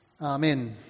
Amen